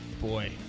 boy